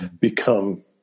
become